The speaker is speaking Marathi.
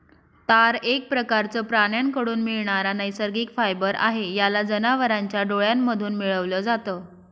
तार एक प्रकारचं प्राण्यांकडून मिळणारा नैसर्गिक फायबर आहे, याला जनावरांच्या डोळ्यांमधून मिळवल जात